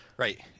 Right